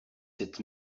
sept